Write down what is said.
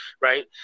right